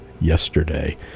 yesterday